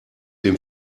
dem